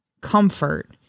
comfort